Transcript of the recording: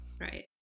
right